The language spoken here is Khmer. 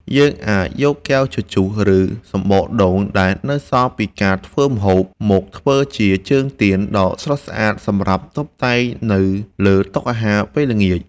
យើងអាចយកកែវជជុះ ឬ សំបកដូងដែលនៅសល់ពីការធ្វើម្ហូប មកធ្វើជាជើងទៀនដ៏ស្រស់ស្អាតសម្រាប់តុបតែងនៅលើតុអាហារពេលល្ងាច។